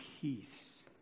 peace